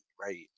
right